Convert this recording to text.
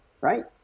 right